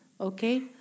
Okay